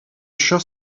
chats